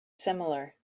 similar